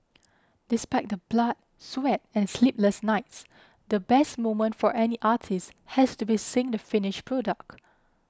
despite the blood sweat and sleepless nights the best moment for any artist has to be seeing the finished product